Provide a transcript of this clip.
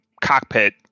cockpit